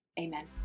amen